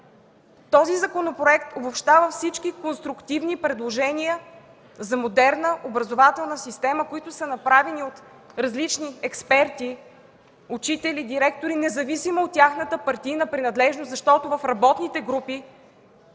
Този проект обобщава всички конструктивни предложения за модерна образователна система, които са направени от различни експерти, учители, директори, независимо от тяхната партийна принадлежност, защото в работните групи